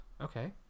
Okay